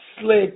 slick